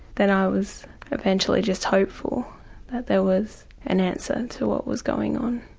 then i was eventually just hopeful that there was an answer to what was going on.